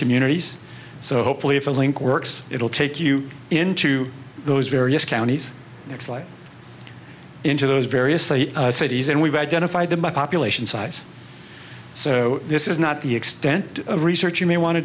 communities so hopefully if the link works it will take you into those various counties next slide into those various cities and we've identified the population size so this is not the extent of research you may want to